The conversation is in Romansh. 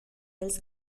els